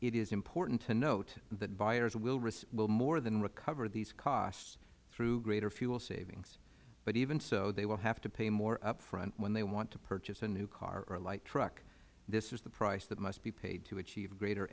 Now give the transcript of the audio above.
important to note that buyers will more than recover these costs through greater fuel savings but even so they will have to pay more upfront when they want to purchase a new car or light truck this is the price that must be paid to achieve greater